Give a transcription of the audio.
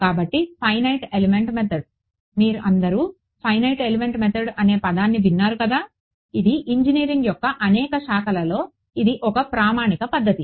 కాబట్టి finite element method మీరందరూ finite element method అనే పదాన్ని విన్నారు కదా ఇది ఇంజినీరింగ్ యొక్క అనేక శాఖలలో ఇది ఒక ప్రామాణిక పద్ధతి